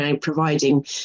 providing